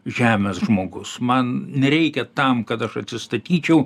žemės žmogus man nereikia tam kad aš atsisakyčiau